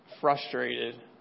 frustrated